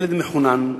ילד מחונן,